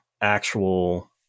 actual